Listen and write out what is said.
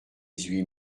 huit